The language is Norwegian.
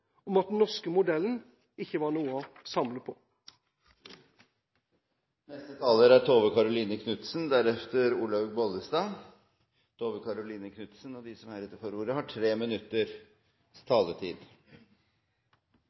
om at den norske modellen ikke var noe å samle på. De talere som heretter får ordet, har